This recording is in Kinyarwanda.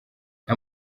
nta